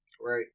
Right